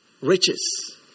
riches